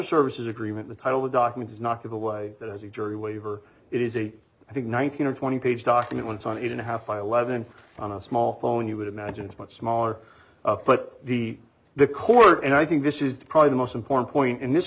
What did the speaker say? services agreement the title the document is not going away as a jury waiver it is a i think nineteen or twenty page document once on it and a half by eleven on a small phone you would imagine it's much smaller but the the court and i think this is probably the most important point in this